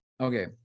Okay